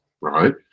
Right